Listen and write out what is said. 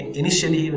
initially